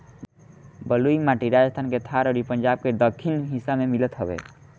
बलुई माटी राजस्थान के थार अउरी पंजाब के दक्खिन हिस्सा में मिलत हवे